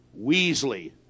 weasley